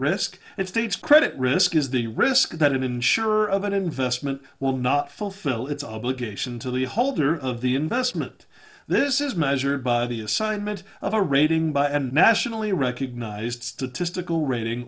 risk it states credit risk is the risk that an insurer of an investment will not fulfill its obligation to the holder of the investment this is measured by the assignment of a rating and nationally recognized statistical rating